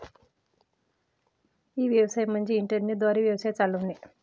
E व्यवसाय म्हणजे internet द्वारे व्यवसाय चालवणे